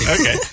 Okay